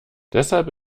deshalb